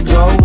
go